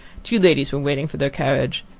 two ladies were waiting for their carriage,